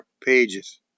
pages